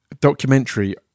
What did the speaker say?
documentary